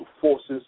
Forces